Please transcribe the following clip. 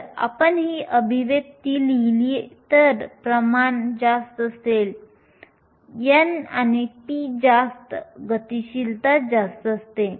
जर आपण ही अभिव्यक्ती पाहिली तर प्रमाण जास्त असेल म्हणून n आणि p जास्त तर गतिशीलता जास्त असते